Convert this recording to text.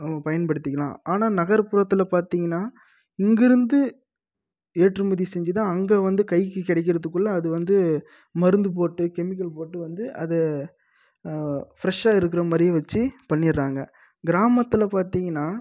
நம்ம பயன்படுத்திக்கிலாம் ஆனால் நகர்ப்புறத்தில் பார்த்தீங்கனா இங்கேருந்து ஏற்றுமதி செஞ்சு தான் அங்கே வந்து கைக்கு கிடைக்கிறத்துக்குள்ள அது வந்து மருந்து போட்டு கெமிக்கல் போட்டு வந்து அது ஃபிரஷ்ஷாக இருக்கிற மாதிரியே வச்சு பண்ணிடறாங்க கிராமத்தில் பார்த்தீங்கனா